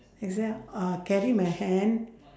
exer~ uh carry my hand